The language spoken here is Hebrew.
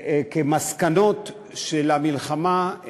כמסקנות של המלחמה,